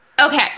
Okay